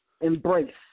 embrace